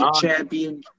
champion